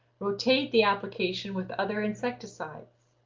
rotate the application with other insecticides.